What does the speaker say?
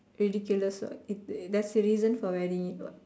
ridiculous what it's there's a reason for wearing it what